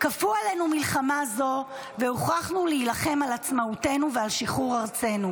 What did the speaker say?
"כפו עלינו מלחמה זו והוכרחנו להילחם על עצמאותנו ועל שחרור ארצנו".